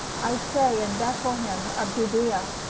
i say, in bethlehem of judea.